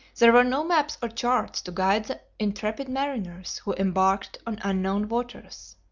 there were no maps or charts to guide the intrepid mariners who embarked on unknown waters.